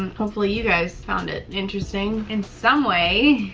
um hopefully you guys found it interesting in some way